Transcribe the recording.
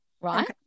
Right